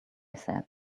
said